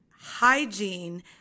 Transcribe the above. hygiene